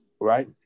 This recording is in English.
Right